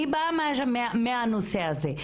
אני באה מהנושא הזה,